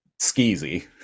skeezy